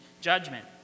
judgment